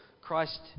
Christ